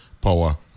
power